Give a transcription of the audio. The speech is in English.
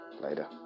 Later